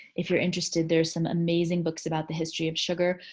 if you're interested there's some amazing books about the history of sugar.